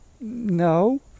no